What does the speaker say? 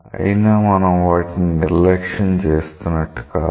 అయినా మనం వాటిని నిర్లక్ష్యం చేస్తున్నట్టు కాదు